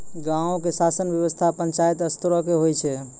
गांवो के शासन व्यवस्था पंचायत स्तरो के होय छै